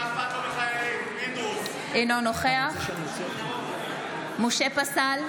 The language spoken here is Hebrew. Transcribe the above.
אינו נוכח משה פסל,